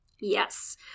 Yes